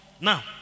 Now